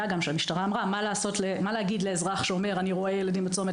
שהמשטרה אמרה מה להגיד לאזרח שאומר "אני רואה ילדים בצומת,